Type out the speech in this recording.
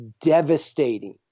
devastating